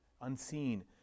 unseen